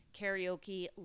karaoke